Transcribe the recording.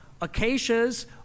Acacias